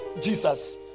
Jesus